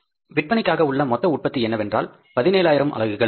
sales க்காக உள்ள மொத்த உற்பத்தி என்னவென்றால் 17000 அலகுகள்